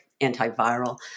antiviral